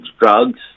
drugs